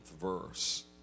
verse